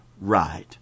right